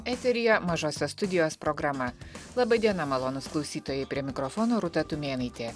eteryje mažosios studijos programa laba diena malonūs klausytojai prie mikrofono rūta tumėnaitė